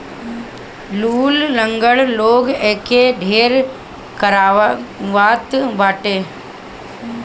लूल, लंगड़ लोग एके ढेर करवावत बाटे